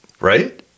Right